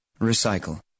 Recycle